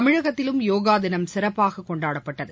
தமிழகத்திலும் யோகா தினம் சிறப்பாக கொண்டாடப்பட்டது